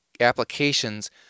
applications